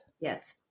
Yes